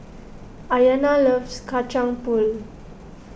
Ayana loves Kacang Pool